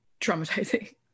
traumatizing